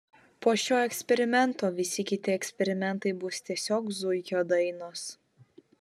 po šio eksperimento visi kiti eksperimentai bus tiesiog zuikio dainos